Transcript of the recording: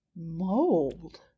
mold